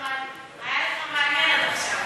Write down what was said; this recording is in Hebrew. היה לך מעניין עד עכשיו...